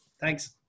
Thanks